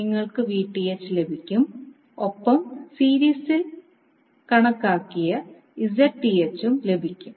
നിങ്ങൾക്ക് Vth ലഭിക്കും ഒപ്പം സീരീസിൽ കണക്കാക്കിയ Zth ഉം ലഭിക്കും